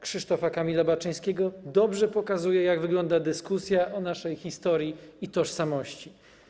Krzysztofa Kamila Baczyńskiego dobrze pokazuje, jak wygląda dyskusja o naszej historii i tożsamości.